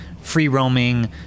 free-roaming